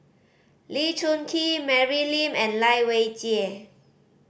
Lee Choon Kee Mary Lim and Lai Weijie